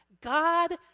God